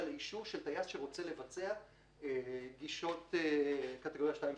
לאישור של טיס שרוצה לבצע גישות קטגוריה 2 ו-3.